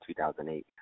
2008